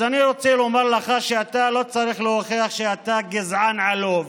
אז אני רוצה לומר לך שאתה לא צריך להוכיח שאתה גזען עלוב,